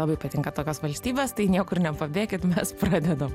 labai patinka tokios valstybės tai niekur nepabėkit mes pradedam